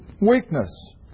Weakness